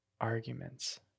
arguments